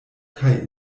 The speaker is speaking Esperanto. kaj